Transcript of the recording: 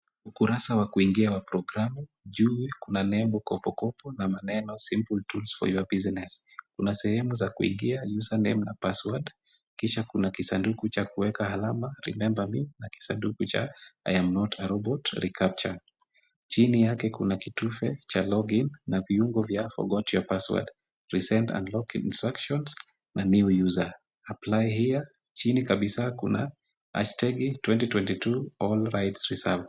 Ukurasa wa kuingia wa programu, juu kuna nembo KopoKopo na maneno simple tools for your business . Kuna sehemu za kuingia Username na password . Kisha kuna kisanduku cha kuweka alama Remember me na kisanduku cha I am not a robot, Recapture . Chini yake kuna kitufe cha Log in na viungo vya forgot your password, resend and log in instructions na new user, Apply here . Chini kabisa kuna #2022 All rights reserved .